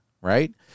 Right